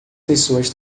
pessoas